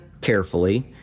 carefully